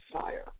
fire